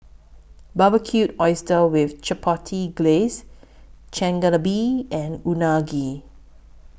Barbecued Oysters with Chipotle Glaze Chigenabe and Unagi